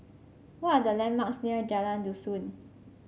what are the landmarks near Jalan Dusun